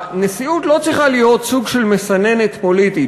הנשיאות לא צריכה להיות סוג של מסננת פוליטית